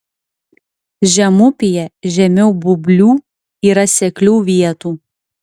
žemupyje žemiau būblių yra seklių vietų